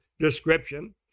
description